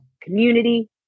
community